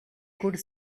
could